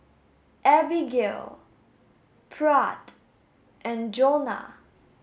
Abigail Pratt and Jonna